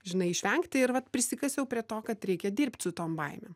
žinai išvengti ir vat prisikasiau prie to kad reikia dirbt su tom baimėm